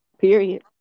Period